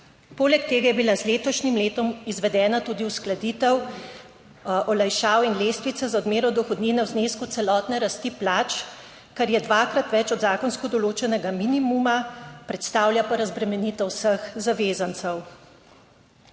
Poleg tega je bila z letošnjim letom izvedena tudi uskladitev olajšav in lestvice za odmero dohodnine v znesku celotne rasti plač, kar je dvakrat več od zakonsko določenega minimuma, predstavlja pa razbremenitev vseh zavezancev.